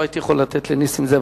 לא הייתי יכול לתת לנסים זאב,